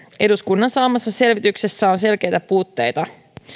eduskunnan saamassa selvityksessä on selkeitä puutteita